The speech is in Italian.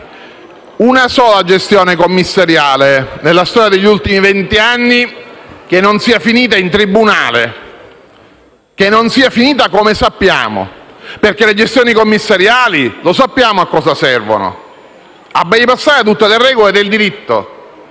una sola gestione commissariale nella storia degli ultimi venti anni che non sia finita in tribunale e come sappiamo, perché le gestioni commissariali servono a bypassare tutte le regole del diritto.